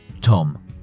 Tom